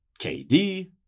KD